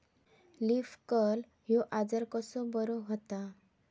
Leaf curl ह्यो आजार कसो बरो व्हता?